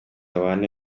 abane